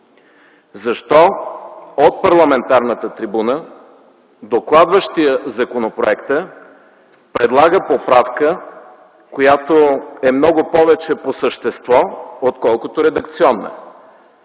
защо от парламентарната трибуна докладващият законопроекта предлага поправка, която е много повече по същество, отколкото редакционна?